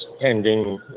pending